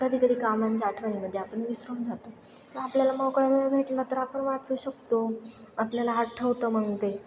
कधी कधी कामांच्या आठवणीमध्ये आपण विसरून जातो व आपल्याला मोकळा वेळ भेटला तर आपण वाचू शकतो आपल्याला आठवतं मग ते